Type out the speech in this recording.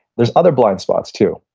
there are other blind spots too,